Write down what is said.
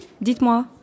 dites-moi